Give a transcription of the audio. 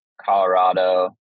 Colorado